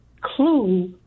clue